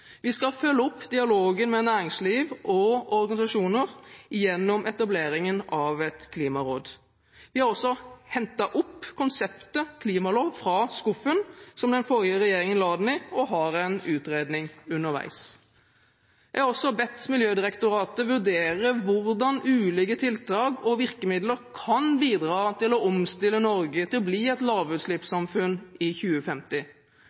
Vi skal følge opp dialogen med næringsliv og organisasjoner gjennom etableringen av et klimaråd. Vi har også hentet opp konseptet «klimalov» fra skuffen som den forrige regjeringen la den i. Vi har en utredning underveis. Jeg har bedt Miljødirektoratet vurdere hvordan ulike tiltak og virkemidler kan bidra til å omstille Norge til å bli et lavutslippssamfunn i 2050.